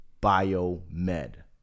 bio-med